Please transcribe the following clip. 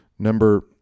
Number